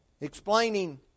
explaining